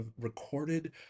recorded